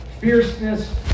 fierceness